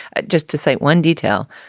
ah just to cite one detail.